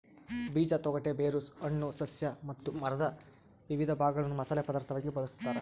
ಬೀಜ ತೊಗಟೆ ಬೇರು ಹಣ್ಣು ಸಸ್ಯ ಅಥವಾ ಮರದ ವಿವಿಧ ಭಾಗಗಳನ್ನು ಮಸಾಲೆ ಪದಾರ್ಥವಾಗಿ ಬಳಸತಾರ